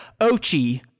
Ochi